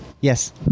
Yes